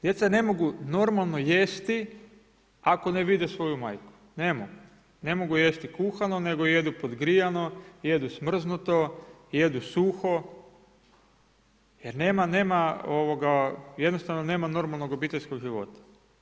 Djeca ne mogu normalno jesti ako ne vide svoju majku, ne mogu, ne mogu jesti kuhano nego jedu podgrijano, jedu smrznuto, jedu suho jer nama jednostavno nema normalnog obiteljskog života.